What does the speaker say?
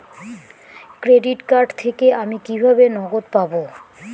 Credit card থেকে আমি কিভাবে নগদ পাব?